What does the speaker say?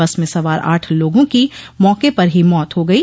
बस में सवार आठ लोगा की मौके पर ही मौत हो गयी